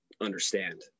understand